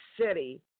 city